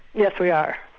yes we are.